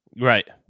Right